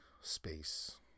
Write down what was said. space